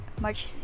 March